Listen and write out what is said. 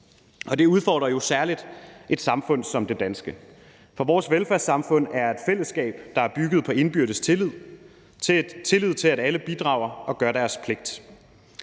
Og det udfordrer jo særlig et samfund som det danske, for vores velfærdssamfund er et fællesskab, der er bygget på indbyrdes tillid til, at alle bidrager og gør deres pligt.